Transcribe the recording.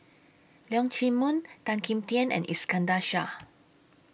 Leong Chee Mun Tan Kim Tian and Iskandar Shah